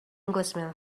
englishman